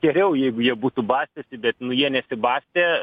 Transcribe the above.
geriau jeigu jie būtų bastęsi bet jie nesibastė